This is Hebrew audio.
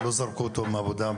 לא זרקו אותו מהעבודה.